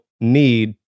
need